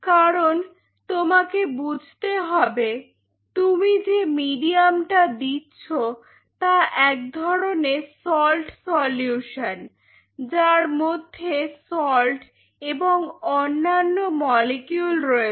কারণ তোমাকে বুঝতে হবে তুমি যে মিডিয়াম টা দিচ্ছ তা এক ধরনের সল্ট সলিউশন যার মধ্যে সল্ট এবং অন্যান্য মলিকিউল রয়েছে